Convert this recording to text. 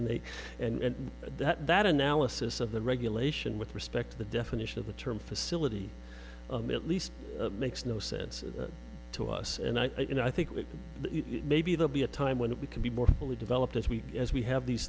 and they and that that analysis of the regulation with respect to the definition of the term facility at least makes no sense to us and i think with it maybe they'll be a time when we can be more fully developed as we as we have these